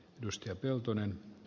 arvoisa puhemies